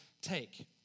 take